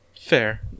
Fair